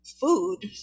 food